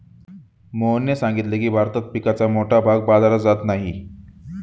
मोहनने सांगितले की, भारतात पिकाचा मोठा भाग बाजारात जात नाही